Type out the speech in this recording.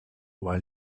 while